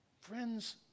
Friends